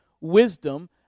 wisdom